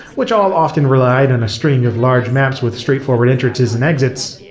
which all often relied on a string of large maps with straightforward entrances and exits,